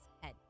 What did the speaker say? head